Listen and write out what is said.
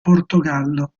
portogallo